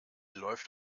läuft